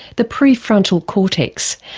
the pre frontal cortex,